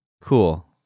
Cool